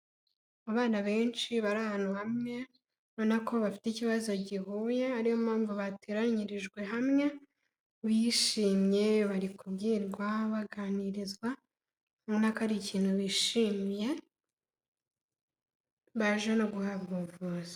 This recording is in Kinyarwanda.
Abana benshi bari ahantu hamwe, ubona ko bafite ikibazo gihuye ariyo mpamvu bateranyirijwe hamwe, bishimye bari kubwirwa baganirizwa ubona ko ari ikintu bishimiye, baje no guhabwa ubuvuzi.